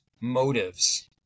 motives